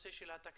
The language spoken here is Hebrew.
הנושא של התקציב,